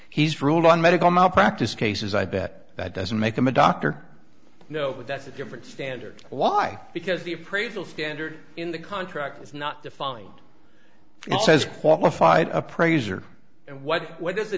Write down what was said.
he's ruled on medical malpractise cases i bet that doesn't make him a doctor no but that's a different standard why because the appraisal standard in the contract is not the folly it says qualified appraiser and what what is the